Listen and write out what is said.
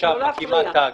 עכשיו מקימה תאגיד,